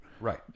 right